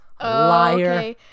Liar